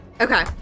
Okay